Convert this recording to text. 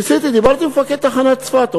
ניסיתי, דיברתי עם מפקד תחנת צפת.